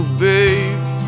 babe